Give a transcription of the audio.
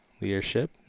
leadership